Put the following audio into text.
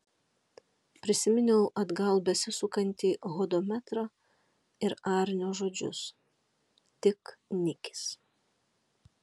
prisiminiau atgal besisukantį hodometrą ir arnio žodžius tik nikis